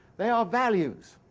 they are values,